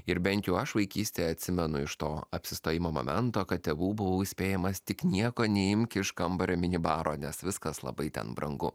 ir bent jau aš vaikystėje atsimenu iš to apsistojimo momento kad tėvų buvau įspėjamas tik nieko neimk iš kambario mini baro nes viskas labai ten brangu